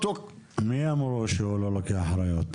מי אמרו שהוא לא לוקח אחריות?